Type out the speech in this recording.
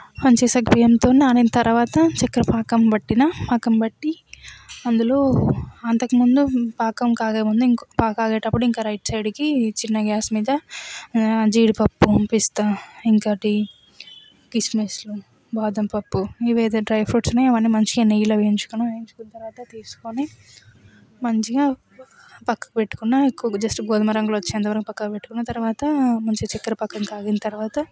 మంచిగా సగ్గుబియ్యం నానిన తర్వాత చక్కెర పాకం పట్టిన పాకం పట్టి అందులో అంతకుముందు పాకం కాగి ఉంది ఇంకొక పాకం ఇంకో రైట్ సైడ్కి చిన్న గ్యాస్ మీద జీడిపప్పు పిస్తా ఇంకోటి కిస్మిస్ బాదం పప్పు ఏవైతే డ్రై ఫ్రూట్స్ ఉన్నాయో అవన్నీ మంచిగా నెయ్యిలో వేయించుకొని వేయించుకున్న తర్వాత తీసుకొని మంచిగా పక్కకు పెట్టుకున్న గో జస్ట్ గోధుమ రంగులోకి వచ్చేవరకు పక్కన పెట్టుకున్న తర్వాత మంచిగా చెక్కర పాకం కాగిన తర్వాత